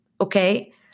okay